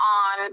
on